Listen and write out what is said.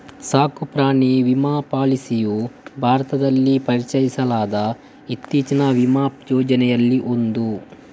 ಸಾಕು ಪ್ರಾಣಿ ವಿಮಾ ಪಾಲಿಸಿಯು ಭಾರತದಲ್ಲಿ ಪರಿಚಯಿಸಲಾದ ಇತ್ತೀಚಿನ ವಿಮಾ ಯೋಜನೆಗಳಲ್ಲಿ ಒಂದು